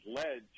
led